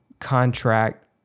contract